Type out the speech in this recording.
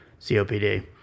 COPD